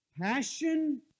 passion